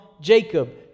Jacob